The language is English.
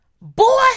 boy